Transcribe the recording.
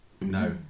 No